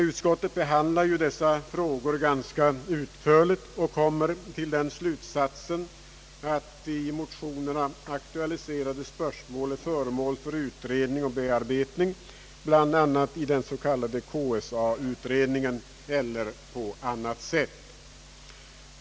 Utskottet behandlar dessa frågor ganska utförligt och kommer till den slutsatsen, att i motionerna aktualiserade spörsmål är föremål för utredning och bearbetning, bl.a. i den s.k. KSA utredningen, eller på annat sätt.